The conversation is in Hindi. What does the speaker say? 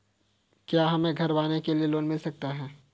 क्या हमें घर बनवाने के लिए लोन मिल सकता है?